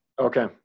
Okay